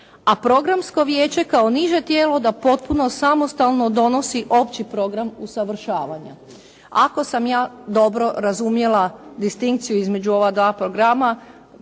a programsko vijeće kao niže tijelo da potpuno samostalno donosi opći program usavršavanja. Ako sam ja dobro razumjela distinkciju između ova dva programa